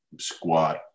squat